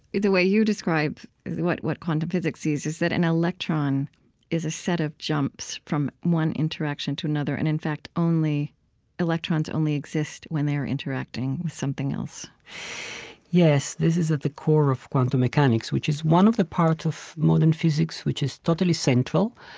the way you describe what what quantum physics sees is that an electron is a set of jumps from one interaction to another, and in fact, electrons only exist when they're interacting with something else yes. this is at the core of quantum mechanics, which is one of the parts of modern physics, which is totally central,